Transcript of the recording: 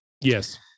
Yes